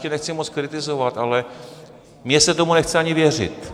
Ještě nechci moc kritizovat, ale mně se tomu nechce ani věřit.